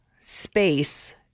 space